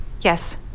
Yes